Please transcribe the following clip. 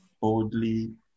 boldly